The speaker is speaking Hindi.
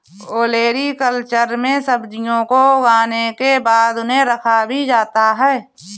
ओलेरीकल्चर में सब्जियों को उगाने के बाद उन्हें रखा भी जाता है